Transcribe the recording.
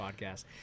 podcast